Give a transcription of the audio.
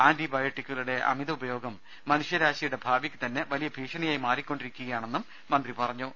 anti ബയോട്ടിക്കുകളുടെ അമിത ഉപയോഗം മനുഷ്യരാശി യുടെ ഭാവിക്ക് തന്നെ വലിയ ഭീഷണിയായി മാറിക്കൊണ്ടിരിക്കു കയാണെന്നും മന്ത്രി പറഞ്ഞു